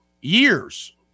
years